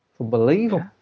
Unbelievable